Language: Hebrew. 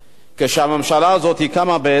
כשהממשלה הזאת קמה, בעצם,